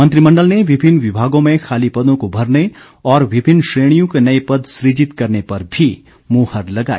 मंत्रिमंडल ने विभिन्न विभागों में खाली पदों को भरने और विभिन्न श्रेणियों के नए पद सुजित करने पर भी मुहर लगाई